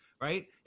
right